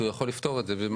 כי הוא יכול לפתור את זה.